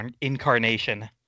incarnation